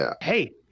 Hey